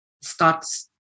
starts